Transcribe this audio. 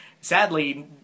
sadly